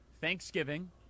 Thanksgiving